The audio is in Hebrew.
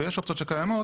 ויש אופציות קיימות,